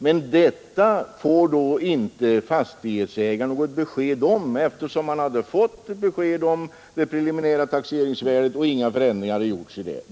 Men det får inte fastighetsägaren något besked om, eftersom han inte gjort några erinringar mot det preliminärt fastställda taxeringsvärdet.